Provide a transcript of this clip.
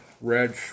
red